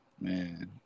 man